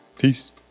Peace